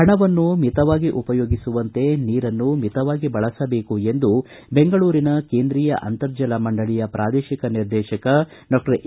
ಹಣವನ್ನು ಮಿತವಾಗಿ ಉಪಯೋಗಿಸುವಂತೆ ನೀರನ್ನೂ ಮಿತವಾಗಿ ಬಳಸಬೇಕೆಂದು ಬೆಂಗಳೂರಿನ ಕೇಂದ್ರೀಯ ಅಂತರ್ಜಲ ಮಂಡಳಿಯ ಪ್ರಾದೇಶಿಕ ನಿರ್ದೇಶಕ ಡಾ ಎ